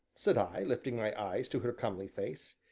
said i, lifting my eyes to her comely face.